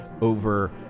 over